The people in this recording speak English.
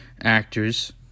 actors